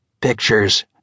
Pictures